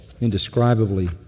indescribably